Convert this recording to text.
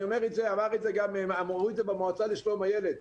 אמרו את זה גם במועצה לשלום הילד.